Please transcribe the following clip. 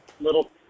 little